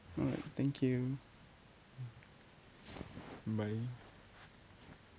alright thank you bye